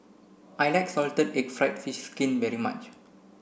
I like salted egg fried fish skin very much